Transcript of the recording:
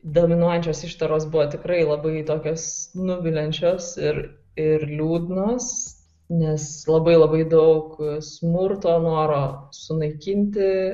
dominuojančios ištaros buvo tikrai labai tokias nuviliančios ir ir liūdnos nes labai labai daug smurto noro sunaikinti